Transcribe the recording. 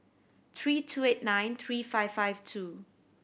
three two eight nine three five five two